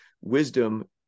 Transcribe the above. wisdom